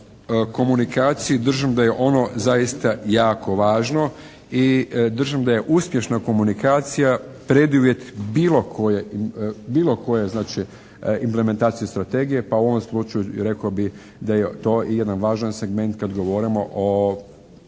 o komunikaciji držim da je ono zaista jako važno. I držim da je uspješna komunikacija preduvjet bilo koje znači implementacije strategije. Pa u ovom slučaju rekao bih da je to i jedan važan segment kada govorimo u